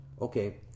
okay